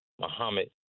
Muhammad